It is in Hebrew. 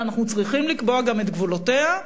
ואנחנו צריכים לקבוע גם את גבולותיה,